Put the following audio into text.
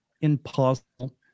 impossible